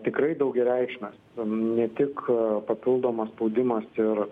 tikrai daugiareikšmės ne tik papildomas spaudimas ir